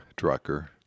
Drucker